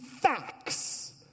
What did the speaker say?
facts